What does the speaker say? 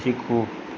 શીખવું